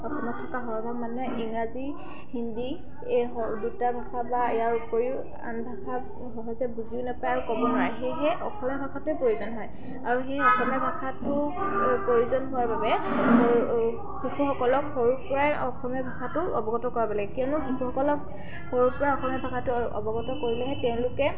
অসমত থকা মানুহে ইংৰাজী হিন্দী এই দুটা ভাষা বা ইয়াৰ উপৰিও আন ভাষা সহজে বুজিও নাপায় আৰু ক'ব নোৱাৰে সেয়েহে অসমীয়া ভাষাটোৱেই প্ৰয়োজন হয় আৰু সেই অসমীয়া ভাষাটো প্ৰয়োজন হোৱাৰ বাবে শিশুসকলক সৰুৰ পৰাই অসমীয়া ভাষাটো অৱগত কৰাব লাগে কিয়নো শিশুসকলক সৰুৰ পৰা অসমীয়া ভাষাটো অৱগত কৰিলেহে তেওঁলোকে